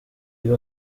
ibi